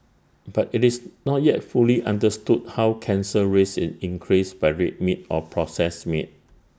but IT is not yet fully understood how cancer risk is increased by red meat or processed meat